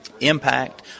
impact